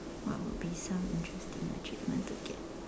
what would be some interesting achievements to get